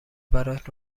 برات